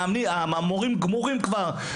המורים גמורים כבר,